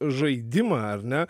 žaidimą ar ne